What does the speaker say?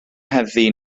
heddiw